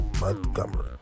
Montgomery